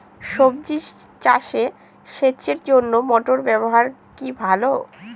সবজি চাষে সেচের জন্য মোটর ব্যবহার কি ভালো?